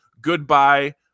goodbye